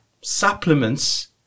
supplements